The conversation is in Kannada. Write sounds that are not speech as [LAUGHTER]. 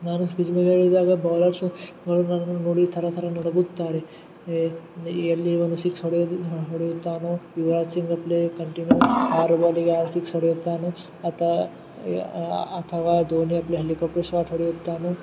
ನಾನು ಸ್ಕೀಜ್ಗೆ ಇಳಿದಾಗ ಬಾಲರ್ಸ್ [UNINTELLIGIBLE] ಥರ ಥರ ನಡಗುತ್ತಾರೆ ಏ ನ ಎಲ್ಲಿ ಇವನು ಸಿಕ್ಸ್ ಹೊಡೆಯಲಿ ಹೊಡೆಯುತ್ತಾನೋ ಇಲ್ಲಾ ಸಿಂಗಲ್ ಪ್ಲೇ ಕಂಟಿನ್ಯೂ ಆರು ಬಾಲಿಗೆ ಆರು ಸಿಕ್ಸ್ ಹೊಡೆಯುತ್ತಾನೆ ಅತ ಅಥವಾ ಧೋನಿಯದು ಹೆಲಿಕಫ್ಟರ್ ಶಾಟ್ ಹೊಡೆಯುತ್ತಾನೋ